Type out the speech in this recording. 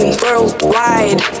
worldwide